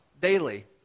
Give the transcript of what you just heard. daily